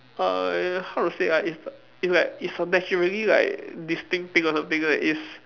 uh how to say ah it's it's like it's a naturally like distinct thing or something like it's